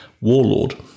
warlord